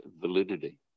validity